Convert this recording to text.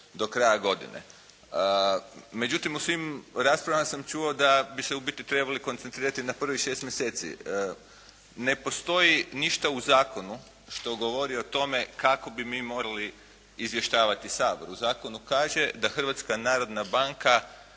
do kraja godine. Međutim, u svim raspravama sam čuo da bi se u biti trebali koncentrirati na prvih 6 mjeseci. Ne postoji ništa u zakonu što govori o tome kako bi mi morali izvještavati Sabor. U Zakonu kaže da Hrvatska narodna banka